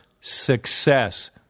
success